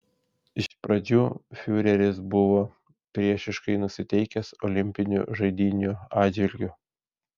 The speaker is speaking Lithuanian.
iš pradžių fiureris buvo priešiškai nusistatęs olimpinių žaidynių atžvilgiu